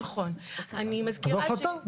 אגב,